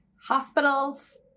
Hospitals